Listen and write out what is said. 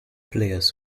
players